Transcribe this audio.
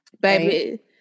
baby